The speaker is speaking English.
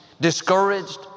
discouraged